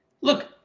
look